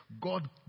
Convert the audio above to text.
God